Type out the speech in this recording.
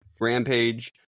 Rampage